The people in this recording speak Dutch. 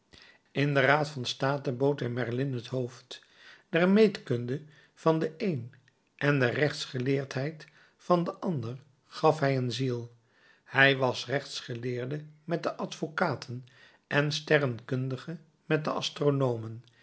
in den raad van state bood hij merlin het hoofd der meetkunde van den een en der rechtsgeleerdheid van den ander gaf hij een ziel hij was rechtsgeleerde met de advocaten en sterrenkundige met de